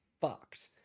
fucked